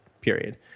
period